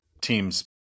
teams